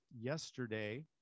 yesterday